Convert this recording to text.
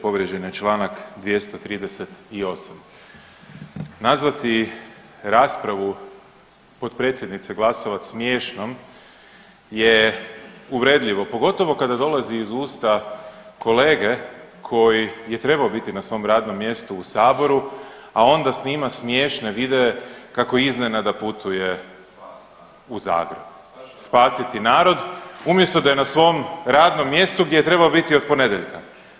Povrijeđen je Članak 238., nazvati raspravu potpredsjednice Glasovac smiješnom je uvredljivo pogotovo kada dolazi iz usta kolege koji je trebao na svom radnom mjestu u saboru, a onda snima smiješne videe kao iznenada putuje u Zagreb spasiti narod umjesto da je na svom radnom mjestu gdje je trebao biti od ponedjeljka.